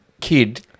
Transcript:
kid